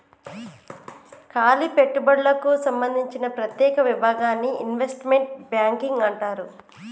కాలి పెట్టుబడులకు సంబందించిన ప్రత్యేక విభాగాన్ని ఇన్వెస్ట్మెంట్ బ్యాంకింగ్ అంటారు